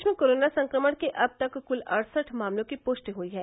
प्रदेश में कोरोना संक्रमण के अब तक क्ल अड़सठ मामलों की पुष्टि हुई है